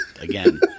again